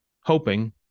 hoping